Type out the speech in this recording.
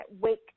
wake